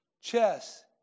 chess